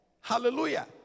Hallelujah